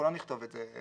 אנחנו לא נכתוב את זה.